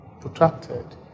protracted